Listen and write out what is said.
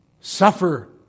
Suffer